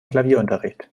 klavierunterricht